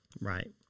Right